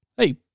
Hey